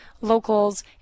locals